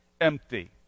empty